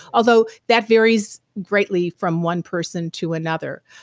although that varies greatly from one person to another.